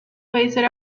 phased